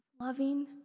loving